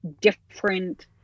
different